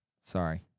Sorry